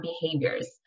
behaviors